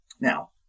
Now